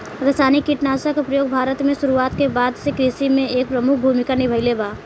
रासायनिक कीटनाशक के प्रयोग भारत में शुरुआत के बाद से कृषि में एक प्रमुख भूमिका निभाइले बा